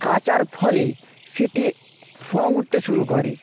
কাচার ফলে সেটির রং উঠতে শুরু করে